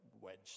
wedge